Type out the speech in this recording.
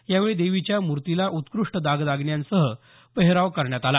यावेळी देवीच्या मूर्तीला उत्कृष्ट दागदागिन्यांचा पेहराव करण्यात आला